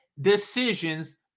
decisions